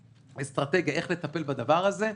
אסטרטגיה איך לטפל בדבר הזה.